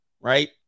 Right